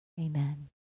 Amen